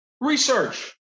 Research